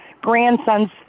grandson's